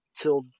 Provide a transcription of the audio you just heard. till